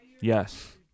Yes